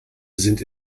sind